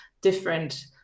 different